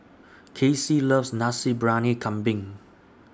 Casey loves Nasi Briyani Kambing